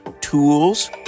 tools